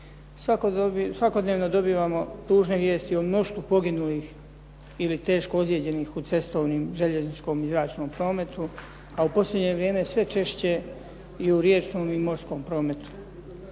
Svakodnevno dobivamo ružne vijesti o mnoštvu poginulih ili teško ozlijeđenih u cestovnom, željezničkom i zračnom prometu, a u posljednje vrijeme sve češće i u riječnom i morskom prometu.